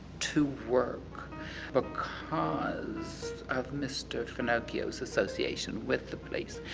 to work because of mr. finocchio's association with the police.